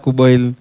boil